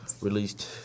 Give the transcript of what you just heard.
released